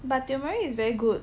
but tumeric is very good